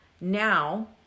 now